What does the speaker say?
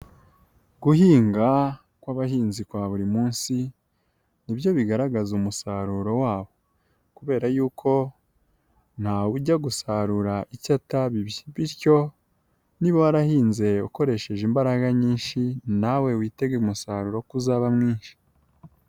Guhinga kw'abahinzi kwa buri munsi nibyo bigaragaza umusaruro wabo kubera yuko ntawujya gusarura icyo atabibye bityo niba warahinze ukoresheje imbaraga nyinshi nawe witege umusaruro ko uzaba mwinshi.